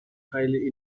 highly